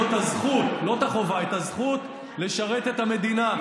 תהיה הזכות, לא החובה, לשרת את המדינה.